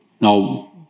Now